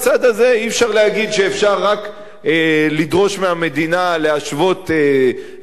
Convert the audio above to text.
אי-אפשר להגיד שאפשר רק לדרוש מהמדינה להשוות זכויות,